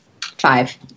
Five